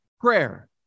prayer